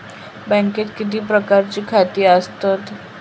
बँकेत किती प्रकारची खाती आसतात?